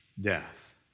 death